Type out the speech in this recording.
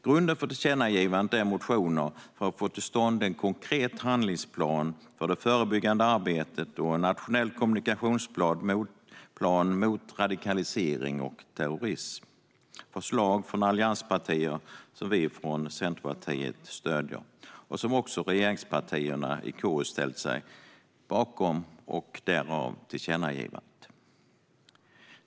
Grunden för tillkännagivandet är motioner för att få till stånd en konkret handlingsplan för det förebyggande arbetet och en nationell kommunikationsplan mot radikalisering och terrorism. Det är förslag från allianspartier som Centerpartiet stöder och som också regeringspartierna i KU ställt sig bakom - därav tillkännagivandet.